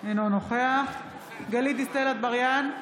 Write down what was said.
אינו נוכח גלית דיסטל אטבריאן,